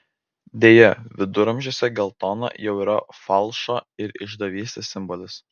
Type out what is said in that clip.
deja viduramžiuose geltona jau yra falšo ir išdavystės simbolis